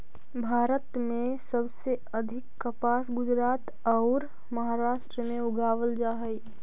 भारत में सबसे अधिक कपास गुजरात औउर महाराष्ट्र में उगावल जा हई